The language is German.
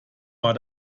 war